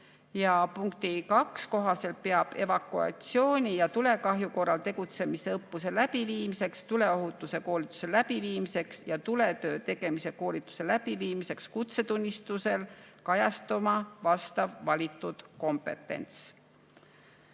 3. Punkti 2 kohaselt peab evakuatsiooni ja tulekahju korral tegutsemise õppuse läbiviimise, tuleohutuskoolituse läbiviimise ja tuletöö tegemise koolituse läbiviimise kutsetunnistusel kajastuma vastav valitud kompetents.